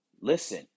listen